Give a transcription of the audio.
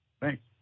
Thanks